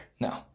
No